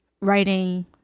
writing